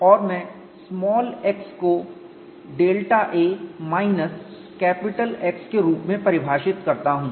और मैं small x को delta a minus capital X के रूप में परिभाषित करता हूं